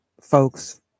folks